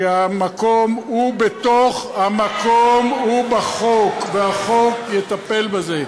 כי המקום הוא בחוק, והחוק יטפל בזה.